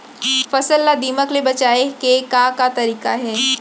फसल ला दीमक ले बचाये के का का तरीका हे?